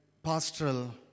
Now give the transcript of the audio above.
pastoral